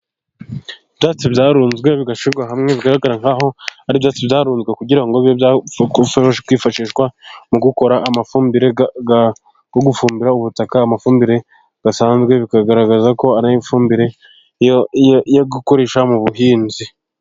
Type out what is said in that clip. Ibyatsi byarunzwe bigashyirwa hamwe, bigaragara nk'aho ari ibyatsi byarunzwe kugira ngo bibe byakwifashishwa mu gukora amafumbire no gufumbira ubutaka, amafumbire asanzwe, bikagaragaza ko ari ifumbire yo gukoresha mu buhinzi.